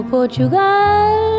Portugal